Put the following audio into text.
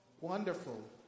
Wonderful